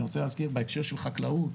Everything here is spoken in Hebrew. אני רוצה להזכיר בנושא של חקלאות,